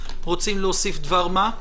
רוצים להוסיף דבר מה?